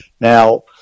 Now